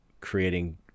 creating